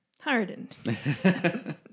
hardened